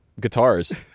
Guitars